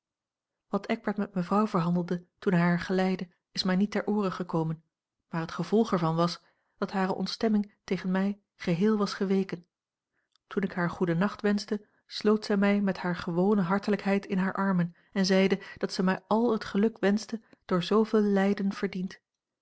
wat eckbert met mevrouw verhandelde toen hij haar geleidde is mij niet ter ooren gekomen maar het gevolg er van was dat hare ontstemming tegen mij geheel was geweken toen ik haar goedennacht wenschte sloot zij mij met hare gewone hartelijkheid in hare armen en zeide dat zij mij àl het geluk wenschte door zooveel lijden verdiend